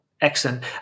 Excellent